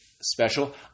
special